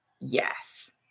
yes